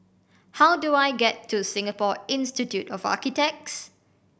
how do I get to Singapore Institute of Architects